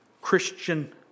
Christian